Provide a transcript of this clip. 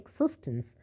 existence